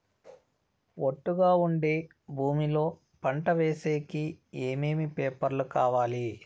ఒట్టుగా ఉండే భూమి లో పంట వేసేకి ఏమేమి పేపర్లు కావాలి?